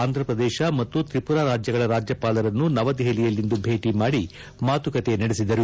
ಆಂಧಪ್ರದೇಶ ಮತ್ತು ತ್ರಿಮರಾ ರಾಜ್ಯಗಳ ರಾಜ್ಯಪಾಲರನ್ನು ನವದೆಹಲಿಯಲ್ಲಿಂದು ಭೇಟಿ ಮಾಡಿ ಮಾತುಕತೆ ನಡೆಸಿದರು